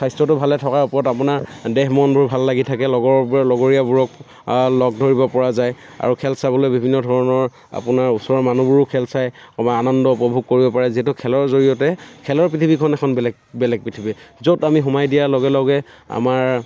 স্বাস্থ্যটো ভালে থকাৰ ওপৰত আপোনাৰ দেহ মনবোৰ ভাল লাগি থাকে লগৰবোৰে লগৰীয়াবোৰক লগ ধৰিব পৰা যায় আৰু খেল চাবলৈ বিভিন্ন ধৰণৰ আপোনাৰ ওচৰৰ মানুহবোৰো খেল চাই আনন্দ উপভোগ কৰিব পাৰে যিহেতু খেলৰ জৰিয়তে খেলৰ পৃথিৱীখন এখন বেলেগ বেলেগ পৃথিৱী য'ত আমি সোমাই দিয়াৰ লগে লগে আমাৰ